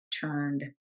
turned